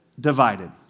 divided